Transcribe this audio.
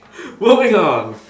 moving on